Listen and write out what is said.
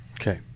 Okay